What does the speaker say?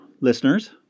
listeners